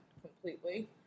completely